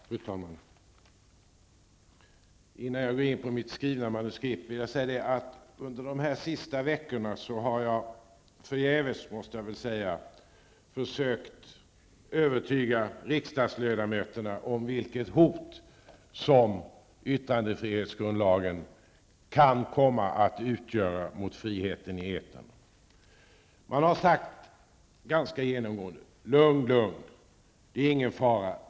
Fru talman! Innan jag går in på mitt skrivna manuskript vill jag säga att jag under de senaste veckorna -- förgäves, måste jag säga -- försökt övertyga riksdagsledamöterna om vilket hot yttrandefrihetsgrundlagen kan komma att utgöra mot friheten i etern. Man har då genomgående sagt: Lugn, lugn! Det är ingen fara.